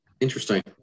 Interesting